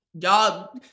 Y'all